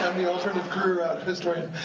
the alternate career-route historian.